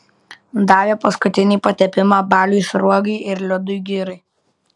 davė paskutinį patepimą baliui sruogai ir liudui girai